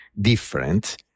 different